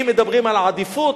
אם מדברים על העדיפות,